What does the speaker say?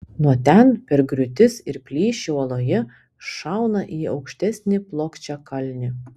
nuo ten per griūtis ir plyšį uoloje šauna į aukštesnį plokščiakalnį